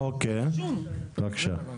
אוקיי, בבקשה.